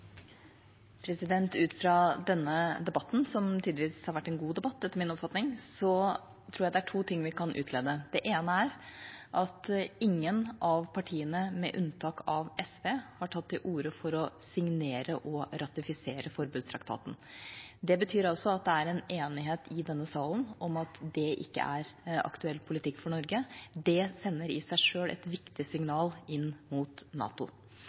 Ut fra denne debatten, som etter min oppfatning tidvis har vært en god debatt, tror jeg det er to ting vi kan utlede. Det ene er at ingen av partiene, med unntak av SV, har tatt til orde for å signere og ratifisere forbudstraktaten. Det betyr altså at det er enighet i denne salen om at det ikke er aktuell politikk for Norge. Det sender i seg sjøl et viktig signal til NATO.